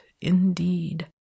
indeed